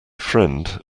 friend